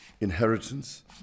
inheritance